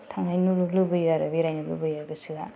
थांनायनो लुबैयो आरो बेरायनो लुबैयो गोसोआ